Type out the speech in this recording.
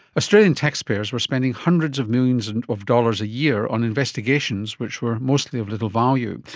australian taxpayers were spending hundreds of millions and of dollars a year on investigations which were mostly of little value.